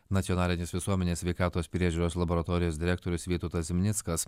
nacionalinės visuomenės sveikatos priežiūros laboratorijos direktorius vytautas zimnickas